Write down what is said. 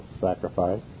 sacrifice